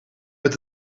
met